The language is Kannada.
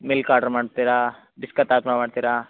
ಮಿಲ್ಕ್ ಆರ್ಡ್ರು ಮಾಡ್ತೀರಾ ಬಿಸ್ಕತ್ ಆಡ್ರ್ ಮಾಡ್ತೀರಾ